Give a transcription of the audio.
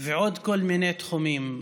ועוד כל מיני תחומים.